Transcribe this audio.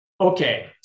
Okay